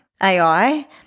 AI